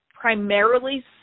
primarily